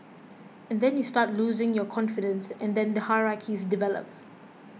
and then you start losing your confidence and then the hierarchies develop